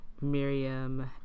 Miriam